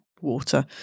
water